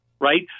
right